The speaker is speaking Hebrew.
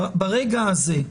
ברגע הזה,